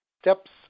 Steps